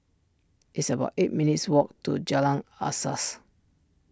it's about eight minutes' walk to Jalan Asas